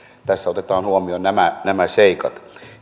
tässä otetaan huomioon nämä nämä seikat